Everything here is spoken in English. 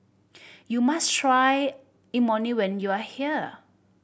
you must try Imoni when you are here